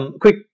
quick